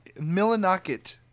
Millinocket